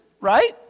right